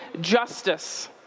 justice